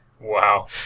Wow